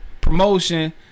promotion